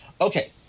Okay